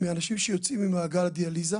מאנשים שיוצאים ממעגל הדיאליזה.